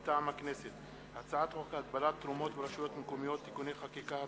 מטעם הכנסת: הצעת חוק הגבלת תרומות ברשויות מקומיות (תיקוני חקיקה),